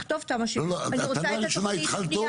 תכתוב תמ"א 70. אני רוצה את התוכנית בנייה.